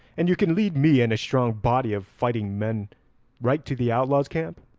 and you could lead me and a strong body of fighting men right to the outlaws' camp?